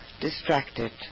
distracted